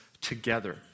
together